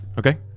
Okay